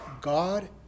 God